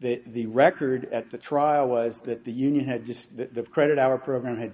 that the record at the trial was that the union had just the credit our program had